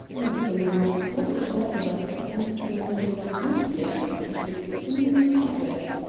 honestly now, what the devil does the comte de montaiglon do here and with sim mactaggart?